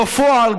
בפועל,